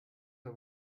the